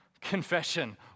confession